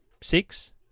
six